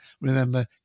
remember